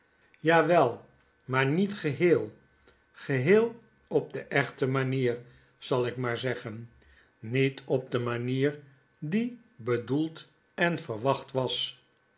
wel maar niet geheel geheel op de echte manier zal ik maar zeggen niet op de het geheim van edwin drood manier die bedoeld en verwacht was